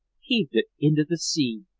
heaved it into the sea.